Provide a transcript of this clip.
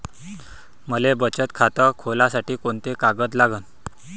मले बचत खातं खोलासाठी कोंते कागद लागन?